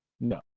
no